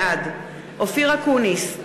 בעד אופיר אקוניס,